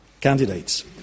candidates